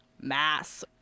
mass